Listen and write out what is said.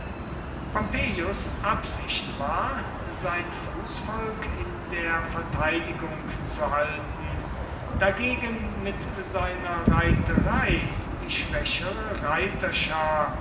absicht war sein fußvolk in der verteidigung zu halten dagegen mit seiner reiterei die schwache reiterschar